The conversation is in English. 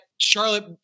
Charlotte